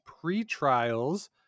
pre-trials